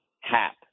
hap